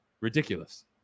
Ridiculous